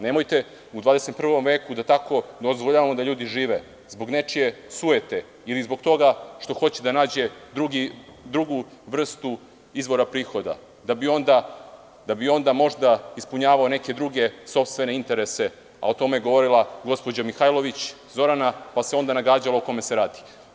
Nemojte u 21. veku da tako dozvoljavamo da ljudi žive, zbog nečije sujete ili zbog toga da hoće da nađe drugu vrstu izvora prihoda, kako bi onda ispunjavao druge sopstvene interese, a o tome je govorila gospođa Zorana Mihajlović, pa se onda nagađalo o kome se radi.